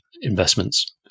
investments